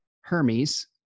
Hermes